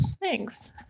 Thanks